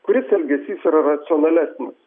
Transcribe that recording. kuris elgesys yra racionalesnis